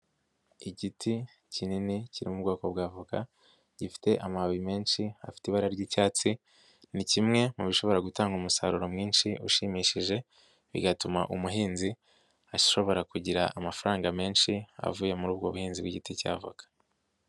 Igiti kinini kiri mu bwoko bwa voka, gifite amababi menshi afite ibara ry'icyatsi, ni kimwe mu bishobora gutanga umusaruro mwinshi ushimishije, bigatuma umuhinzi ashobora kugira amafaranga menshi avuye muri ubwo buhinzi bw'igiti cya voka.